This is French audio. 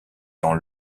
dans